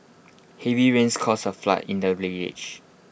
heavy rains caused A flood in the village